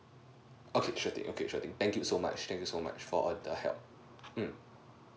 okay sure thing okay sure thing thank you so much thank you so much for the help mm